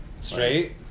Straight